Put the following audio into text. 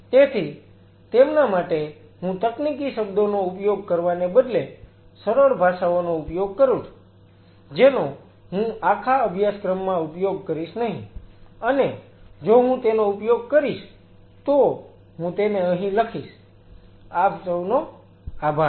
તેથી તેમના માટે હું તકનીકી શબ્દોનો ઉપયોગ કરવાને બદલે સરળ ભાષાઓનો ઉપયોગ કરૂ છું જેનો હું આખા અભ્યાસક્રમમાં ઉપયોગ કરીશ નહીં અને જો હું તેનો ઉપયોગ કરીશ તો હું તેને અહીં લખીશ આપ સૌનો આભાર